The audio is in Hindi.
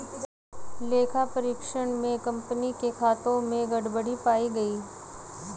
लेखा परीक्षण में कंपनी के खातों में गड़बड़ी पाई गई